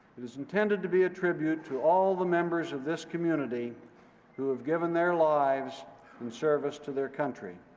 it is intended to be a tribute to all the members of this community who have given their lives in service to their country.